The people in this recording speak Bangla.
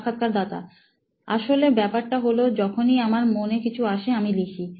সাক্ষাৎকারদাতা আসলে ব্যাপারটা হলো যখনই আমার মনে কিছু আসে আমি লিখি